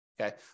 Okay